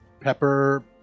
pepper